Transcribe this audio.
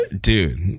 Dude